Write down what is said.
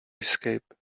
escape